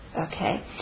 Okay